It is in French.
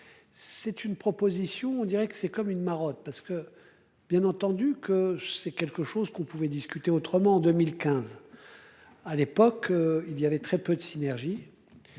C'est une proposition, on dirait que c'est comme une marotte parce que. Bien entendu que c'est quelque chose qu'on pouvait discuter autrement en 2015. À l'époque il y avait très peu de synergies.